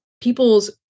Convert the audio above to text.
People's